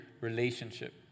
relationship